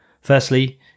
Firstly